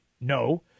No